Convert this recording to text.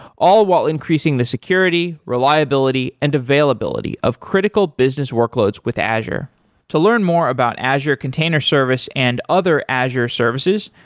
all while increasing the security, reliability and availability of critical business workloads with azure to learn more about azure container service and other azure services,